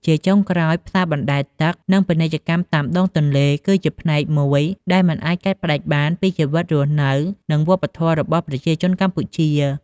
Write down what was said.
ជាចុងក្រោយ ផ្សារបណ្តែតទឹក និងពាណិជ្ជកម្មតាមដងទន្លេ គឺជាផ្នែកមួយដែលមិនអាចកាត់ផ្ដាច់បានពីជីវិតរស់នៅ និងវប្បធម៌របស់ប្រជាជនកម្ពុជា។